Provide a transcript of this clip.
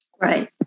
Right